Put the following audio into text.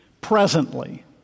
presently